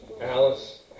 Alice